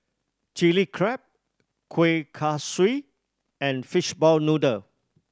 Chilli Crab Kueh Kaswi and fishball noodle